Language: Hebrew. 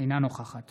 אינה נוכחת